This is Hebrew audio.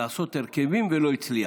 לעשות הרכבים ולא הצליח.